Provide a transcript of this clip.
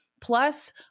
plus